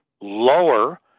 lower